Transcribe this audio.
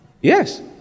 Yes